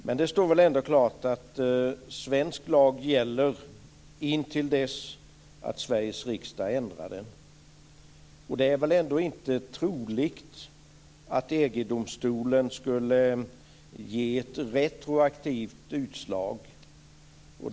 Men det står väl ändå klart att svensk lag gäller intill dess att Sveriges riksdag ändrar den. Det är väl ändå inte troligt att EG-domstolen skulle ge ett retroaktivt utslag.